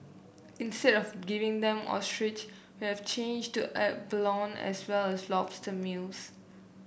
instead of giving them ostrich we have changed to abalone as well as lobster meals